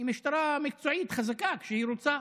היא משטרה מקצועית וחזקה כשהיא רוצה.